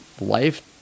life